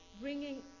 bringing